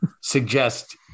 suggest